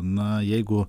na jeigu